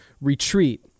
retreat